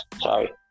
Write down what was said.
Sorry